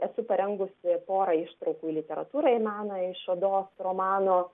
esu parengusi porą ištraukų į literatūrą ir meną iš odos romano